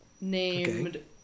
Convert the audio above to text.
named